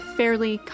fairly